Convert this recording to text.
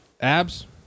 Abs